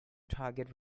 target